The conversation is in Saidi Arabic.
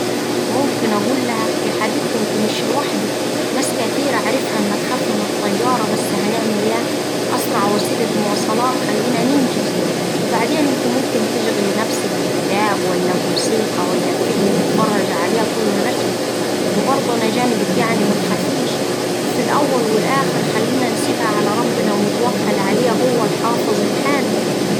ممكن أقولها: يا حبيبتي إنتي مش لوحدك ناس كتيرة أعرفها أما تخاف من الطيارة بس هنعمل إيه، أسرع وسيلة مواصلات خلينا ننجز، وبعدين إنتي ممكن تشغلي نفسك بكتاب ولا بموسيقى ولا بفيلم تتفرجي عليه طول الرحلة وبرده أنا جمبك يعني متخافيش وفي الأول والآخر خلينا نسيبها على ربنا ونتوكل عليه هو الحافظ الحامي.